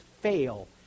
fail